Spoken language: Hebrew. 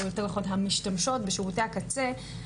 או יותר נכון המשתמשות בשירותי הקצה,